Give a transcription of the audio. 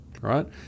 right